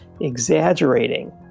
exaggerating